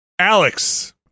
Alex